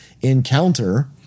encounter